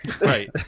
Right